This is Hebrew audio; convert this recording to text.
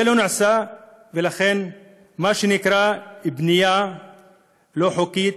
זה לא נעשה, ולכן יש מה שנקרא בנייה לא חוקית.